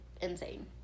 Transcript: insane